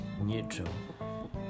neutral